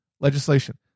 legislation